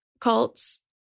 cults